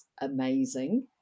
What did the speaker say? amazing